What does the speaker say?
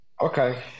okay